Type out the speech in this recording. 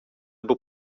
buc